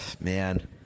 man